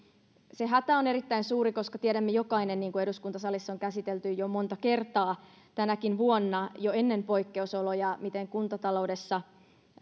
se hätä on erittäin suuri tiedämme jokainen niin kuin eduskuntasalissa on käsitelty jo monta kertaa tänäkin vuonna jo ennen poikkeusoloja miten kuntataloudessa